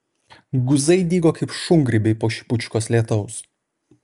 guzai dygo kaip šungrybiai po šipučkos lietaus